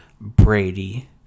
Brady